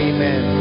Amen